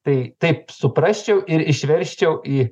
tai taip suprasčiau ir išversčiau į